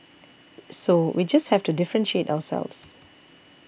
so we just have to differentiate ourselves